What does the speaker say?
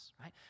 right